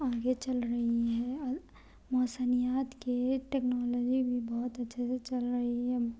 اگے چل رہی ہے اور موسمیات کے ٹیکنالوجی بھی بہت اچھے سے چل رہی ہے